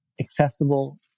accessible